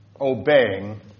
obeying